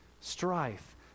strife